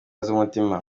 z’umutima